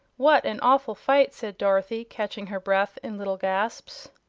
what an awful fight! said dorothy, catching her breath in little gasps.